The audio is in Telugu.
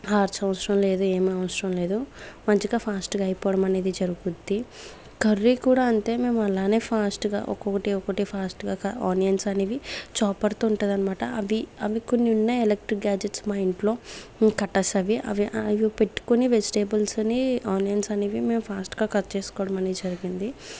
ఆర్చ్ అవసరం లేదు లేదు ఏమి అవసరం లేదు మంచిగా ఫాస్ట్ గా అయిపోవడం అనేది జరుగుద్ది కర్రీ కూడా అంతే మేము అలానే ఫాస్ట్ గా ఒక్కొక్కటి ఒక్కొక్కటి ఫాస్ట్ గా క ఆనియన్స్ అనేవి చాపర్ తో ఉంటది అనమాట అవి అవి కొన్ని ఉన్నాయి ఎలక్ట్రిక్ గ్యాడ్జెట్స్ మా ఇంట్లో కట్టర్స్ అవి అవి పెట్టుకుని వెజిటేబుల్స్ ని ఆనియన్స్ అనేవి మేము ఫాస్ట్ గా కట్ చేసుకోవడం అనేది జరిగింది